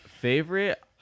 Favorite